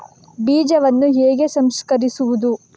ಬೀಜವನ್ನು ಹೇಗೆ ಸಂಸ್ಕರಿಸುವುದು?